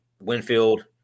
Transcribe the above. Winfield